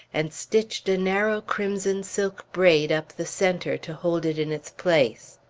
and stitched a narrow crimson silk braid up the centre to hold it in its place.